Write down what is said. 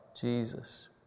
Jesus